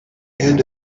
end